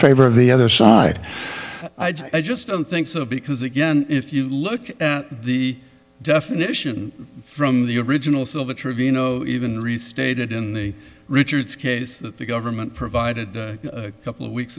favor of the other side i just don't think so because again if you look at the definition from the original sin of the trevino even restated in the richard's case that the government provided a couple of weeks